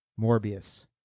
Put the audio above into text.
morbius